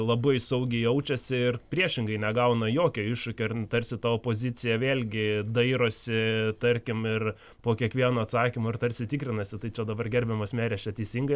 labai saugiai jaučiasi ir priešingai negauna jokio iššūkio tarsi ta opozicija vėlgi dairosi tarkim ir po kiekvieno atsakymo ir tarsi tikrinasi tai čia dabar gerbiamas mere aš čia teisingai